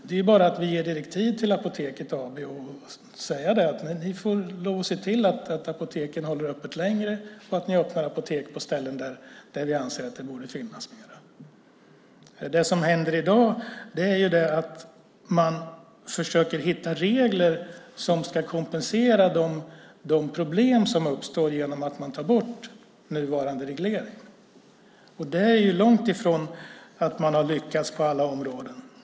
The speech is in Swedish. Det är bara att vi ger direktiv till Apoteket AB och säger att man får lov att se till att apoteken håller öppet längre och att man öppnar apotek på ställen där vi anser att det borde finnas fler. Det som händer i dag är att man försöker hitta regler som ska kompensera de problem som uppstår genom att man tar bort nuvarande reglering. Det är långt ifrån att man har lyckats på alla områden.